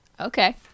Okay